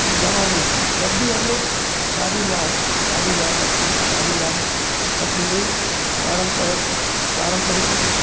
गाँव में जब भी हम लोग शादी बियाह हो शादी बियाह करते है शादी बियाह मे अपनी वही पारंपरिक अपनी